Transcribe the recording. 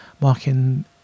marking